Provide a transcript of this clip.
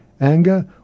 anger